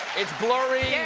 it's blurry. yeah